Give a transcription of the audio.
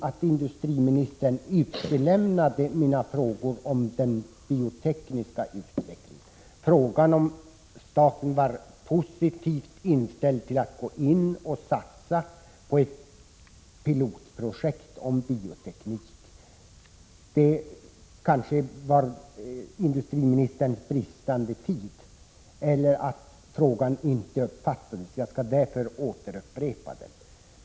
Men industriministern utelämnade mina frågor om den biotekniska utvecklingen — frågan om staten var positivt inställd till att gå in och satsa på ett pilotprojekt om bioteknik. Det kanske berodde på industriministerns brist på tid eller på att frågan inte uppfattades. Jag skall därför upprepa den.